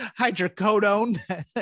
hydrocodone